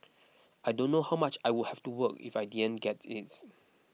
I don't know how much I would have to work if I didn't get it